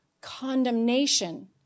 condemnation